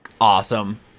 awesome